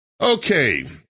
Okay